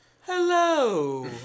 hello